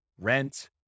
rent